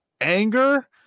anger